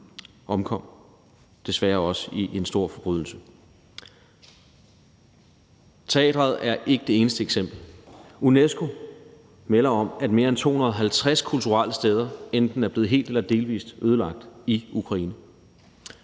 omkom desværre i, hvad der var en stor forbrydelse. Teatret er ikke det eneste eksempel. UNESCO melder om, at mere end 250 kulturelle steder enten er blevet helt eller delvis ødelagt i Ukraine.